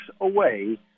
away